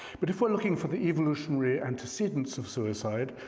but if we're looking for the evolutionary antecedence of suicide,